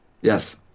Yes